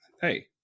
hey